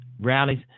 Rallies